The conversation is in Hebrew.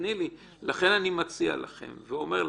לכן אני מציע ואומר לכם,